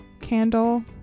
candle